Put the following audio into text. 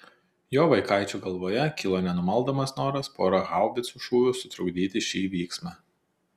jo vaikaičio galvoje kilo nenumaldomas noras pora haubicų šūvių sutrukdyti šį vyksmą